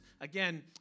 again